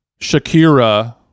Shakira